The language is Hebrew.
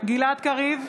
גלעד קריב,